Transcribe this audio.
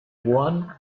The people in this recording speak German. ohren